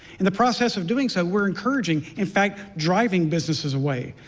in the process of doing so, we're encouraging, in fact, driving businesses away.